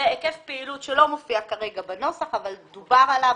היקף פעילות שלא מופיע כרגע בנוסח אבל דובר עליו,